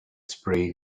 sprayed